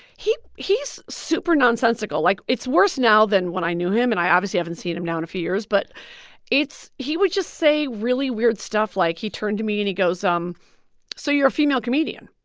he's super nonsensical. like, it's worse now than when i knew him. and i obviously haven't seen him now in a few years. but it's he would just say really weird stuff. like, he turned to me and he goes um so you're a female comedian?